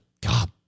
God